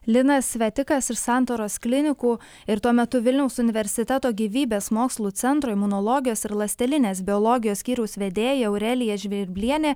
linas svetikas iš santaros klinikų ir tuo metu vilniaus universiteto gyvybės mokslų centro imunologijos ir ląstelinės biologijos skyriaus vedėja aurelija žvirblienė